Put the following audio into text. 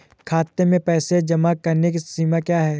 खाते में पैसे जमा करने की सीमा क्या है?